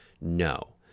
no